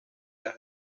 las